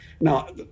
now